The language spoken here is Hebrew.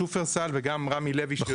שופרסל וגם רמי לוי, שיושבים כאן,